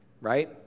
right